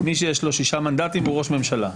מי שיש לו שישה מנדטים הוא ראש ממשלה.